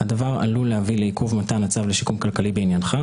הדבר עלול להביא לעיכוב מתן הצו לשיקום כלכלי בעניינך,